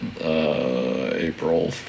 April